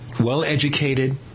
well-educated